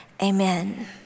amen